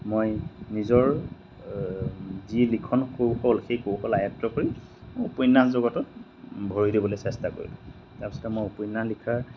মই নিজৰ যি লিখন কৌশল সেই কৌশল আয়ত্ত কৰি মোৰ উপন্যাস জগতত ভৰি দিবলৈ চেষ্টা কৰিলোঁ তাৰপিছতে মই উপন্যাস লিখাৰ